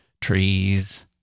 trees